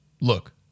look